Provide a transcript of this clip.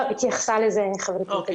לא, התייחסה לזה חברתי, תודה.